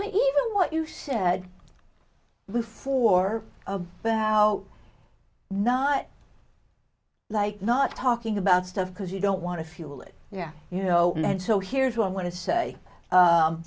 even what you said before about not like not talking about stuff because you don't want to fuel it yeah you know and so here's what i want to say